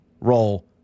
roll